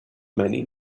many